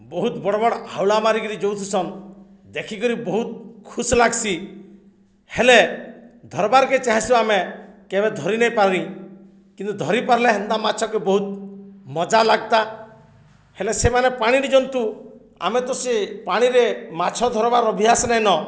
ବହୁତ୍ ବଡ଼୍ ବଡ଼୍ ଆଉଳା ମାରିକିରି ଯଉଥିସନ୍ ଦେଖିକିରି ବହୁତ୍ ଖୁସି ଲାଗ୍ସି ହେଲେ ଧର୍ବାର୍କେ ଚାହେଁସୁ ଆମେ କେବେ ଧରି ନେଇ ପାରି କିନ୍ତୁ ଧରି ପାର୍ଲେ ହେତା ମାଛକେ ବହୁତ୍ ମଜା ଲାଗ୍ତା ହେଲେ ସେମାନେ ପାଣିର୍ ଜନ୍ତୁ ଆମେ ତ ସେ ପାଣିରେ ମାଛ ଧର୍ବାର୍ ଅଭ୍ୟାସ୍ ନାଇନ